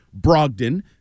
Brogdon